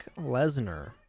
Lesnar